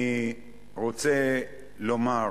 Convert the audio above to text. אני רוצה לומר